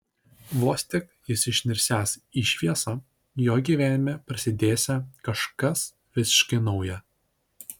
vos tik jis išnirsiąs į šviesą jo gyvenime prasidėsią kažkas visiškai nauja